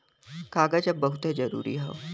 कागज अब बहुते जरुरी हौ